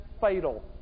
fatal